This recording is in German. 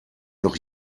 noch